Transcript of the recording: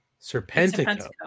Serpentico